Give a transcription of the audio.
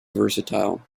versatile